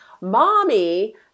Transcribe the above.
mommy